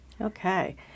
Okay